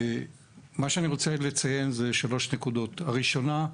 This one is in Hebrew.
מה שאני רוצה לציין זה שלוש נקודות: הראשונה,